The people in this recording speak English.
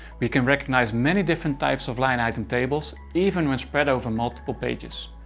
we can recognize many different types of line item tables, even when spread over multiple pages.